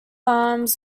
arms